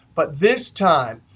but this time,